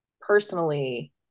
personally